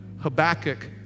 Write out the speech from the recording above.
Habakkuk